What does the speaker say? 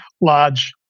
large